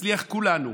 שנצליח כולנו